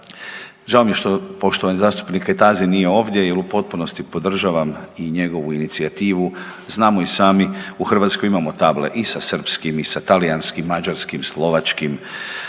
Žao mi je što poštovani zastupnik Kajtazi nije ovdje jer u potpunosti podržavam i njegovu inicijativu, znamo i sami, u Hrvatskoj imamo table i sa srpskim i sa talijanskim, mađarskim, slovačkim